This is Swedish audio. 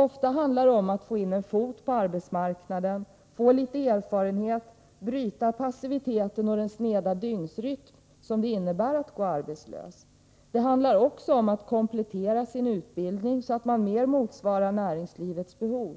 Ofta handlar det om att få in en fot på arbetsmarknaden, få litet erfarenhet, bryta passiviteten och den sneda dygnsrytm som det innebär att gå arbetslös. Det handlar också om att komplettera sin utbildning, så att man mer motsvarar näringslivets behov.